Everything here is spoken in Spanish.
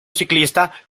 ciclista